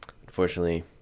unfortunately